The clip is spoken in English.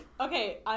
Okay